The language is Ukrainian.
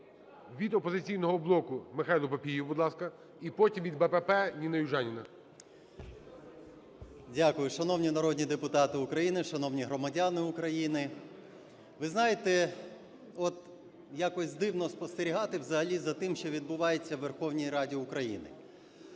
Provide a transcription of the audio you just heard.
Від "Опозиційного блоку" – Михайло Папієв, будь ласка. І потім від БПП – Ніна Южаніна. 17:28:10 ПАПІЄВ М.М. Дякую. Шановні народні депутати України! Шановні громадяни України! Ви знаєте, от, якось дивно спостерігати взагалі за тим, що відбувається у Верховній Раді України.